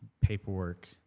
paperwork